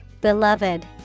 Beloved